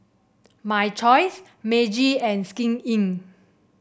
My Choice Meiji and Skin Inc